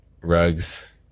rugs